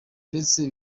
ndetse